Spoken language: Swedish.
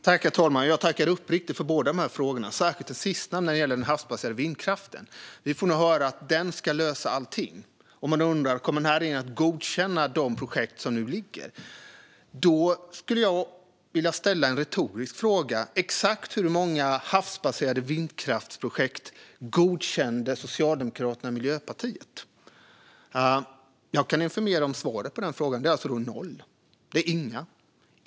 Herr talman! Jag tackar uppriktigt för båda dessa frågor, särskilt den sista om den havsbaserade vindkraften. Vi får nu höra att den ska lösa allting, och man undrar om den här regeringen kommer att godkänna de projekt som nu ligger. Då skulle jag vilja ställa en retorisk fråga: Exakt hur många havsbaserade vindkraftsprojekt godkände Socialdemokraterna och Miljöpartiet? Jag kan informera om svaret på den frågan - det är noll. Det är inga.